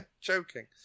Joking